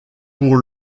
pour